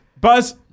buzz